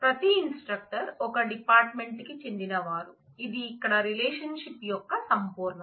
ప్రతి ఇన్స్ట్రక్టర్ ఒక డిపార్ట్మెంట్ కి చెందినవారు ఇది ఇక్కడ రిలేషన్షిప్ యొక్క సంపూర్ణత